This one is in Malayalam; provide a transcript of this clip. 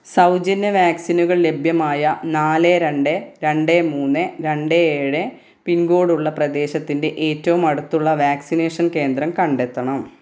സൗജന്യ വാക്സിനുകൾ ലഭ്യമായ നാല് രണ്ട് രണ്ട് മൂന്ന് രണ്ട് ഏഴ് പിൻകോഡ് ഉള്ള പ്രദേശത്തിൻ്റെ ഏറ്റവും അടുത്തുള്ള വാക്സിനേഷൻ കേന്ദ്രം കണ്ടെത്തണം